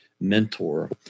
mentor